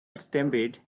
stampede